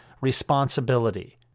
responsibility